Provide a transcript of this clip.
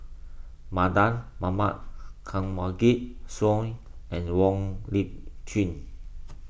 Mardan Mamat Kanwaljit Soin and Wong Lip Chin